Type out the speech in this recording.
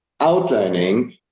outlining